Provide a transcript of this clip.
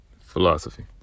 Philosophy